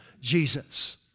Jesus